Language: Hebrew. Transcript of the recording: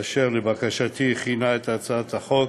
אשר לבקשתי הכינה את הצעת החוק